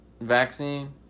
vaccine